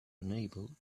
unable